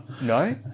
No